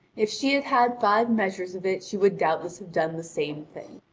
if she had had five measures of it she would doubtless have done the same thing.